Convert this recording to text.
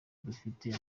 dufite